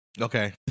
Okay